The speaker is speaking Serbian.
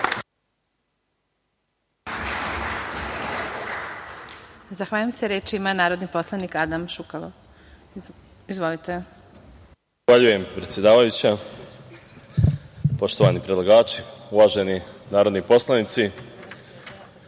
Zahvaljujem, predsedavajuća. Poštovani predlagači, uvaženi narodni poslanici,